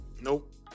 Nope